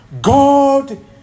God